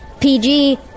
PG